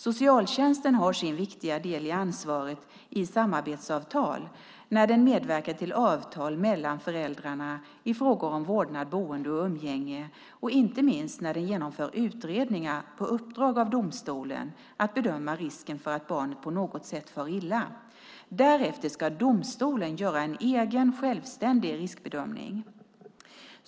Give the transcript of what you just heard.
Socialtjänsten har sin viktiga del i ansvaret i samarbetssamtal när den medverkar till avtal mellan föräldrar i frågor om vårdnad, boende och umgänge och inte minst när den genomför utredningar på uppdrag av domstolen att bedöma risken för att barnet på något sätt far illa. Därefter ska domstolen göra en egen självständig riskbedömning.